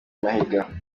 mahiga